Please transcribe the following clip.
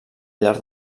llarg